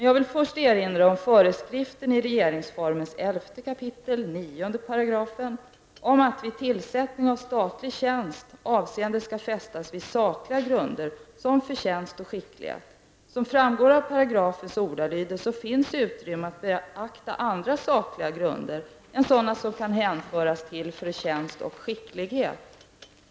Jag vill först erinra om föreskriften i regeringsformens 11 kap. 9 § om att vid tillsättning av statlig tjänst avseende skall fästas vid sakliga grunder, såsom förtjänst och skicklighet. Såsom framgår av paragrafens ordalydelse finns utrymme att beakta andra sakliga grunder än sådana som kan hänföras till förtjänst och skicklighet.